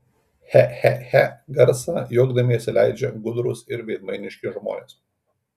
che che che garsą juokdamiesi leidžia gudrūs ir veidmainiški žmonės